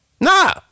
Nah